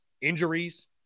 Injuries